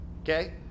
Okay